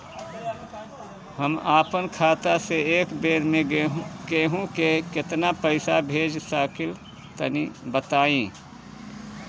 हम आपन खाता से एक बेर मे केंहू के केतना पईसा भेज सकिला तनि बताईं?